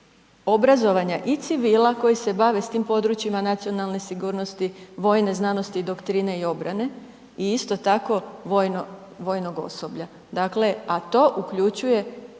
i civila koji se bave s tim područjima nacionalne sigurnosti, vojne znanosti, doktrine i obrane i isto tako, vojnog osoblja, dakle, a to uključuje